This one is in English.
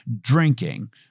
drinking